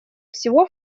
всего